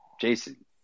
Jason